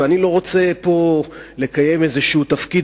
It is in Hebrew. ואני לא רוצה פה לקיים איזשהו תפקיד